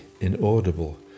inaudible